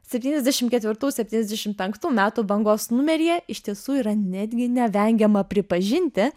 septyniasdešimt ketvirtų septyniasdešimt penktų metų bangos numeryje iš tiesų yra netgi nevengiama pripažinti